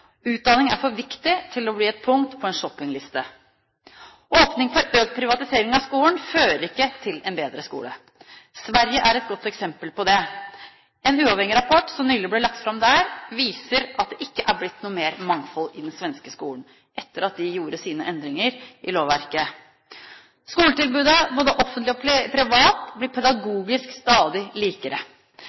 Utdanning er for viktig til å bli et punkt på en shoppingliste. Åpning for økt privatisering av skolen fører ikke til en bedre skole. Sverige er et godt eksempel på det. En uavhengig rapport som nylig ble lagt fram der, viser at det ikke har blitt noe mer mangfold i den svenske skolen etter at de gjorde sine endringer i lovverket: Skoletilbudet, både offentlig og privat, blir pedagogisk stadig likere.